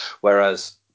Whereas